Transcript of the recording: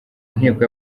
nteko